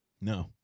No